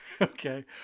Okay